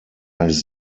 his